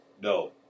No